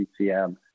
BCM